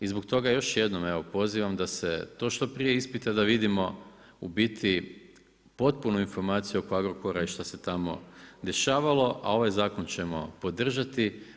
I zbog toga još jednom evo pozivam da se to što prije ispita da vidimo u biti potpunu informaciju oko Agrokora i šta se tamo dešavalo a ovaj zakon ćemo podržati.